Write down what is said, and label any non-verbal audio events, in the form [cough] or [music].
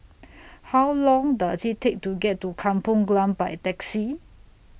[noise] How Long Does IT Take to get to Kampung Glam By Taxi